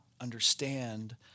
understand